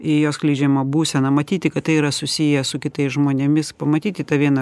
į jo skleidžiamą būseną matyti kad tai yra susiję su kitais žmonėmis pamatyti tą vieną